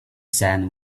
sand